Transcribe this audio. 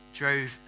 drove